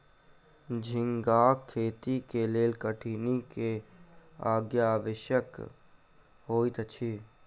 झींगाक खेती के लेल कठिनी के ज्ञान आवश्यक होइत अछि